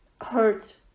hurt